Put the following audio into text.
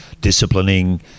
disciplining